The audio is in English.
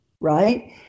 right